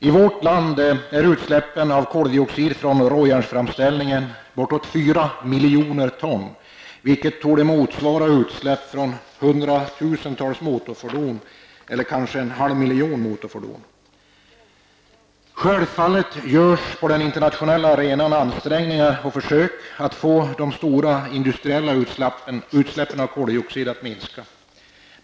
I vårt land är utsläppen av koldioxid vid råjärnsframställningen bortåt 4 miljoner ton, vilket torde motsvara utsläpp från kanske en halv miljon motorfordon. Självfallet görs på den internationella arenan ansträngningar och försök för att få de stora industriella utsläppen av koldioxid att minska.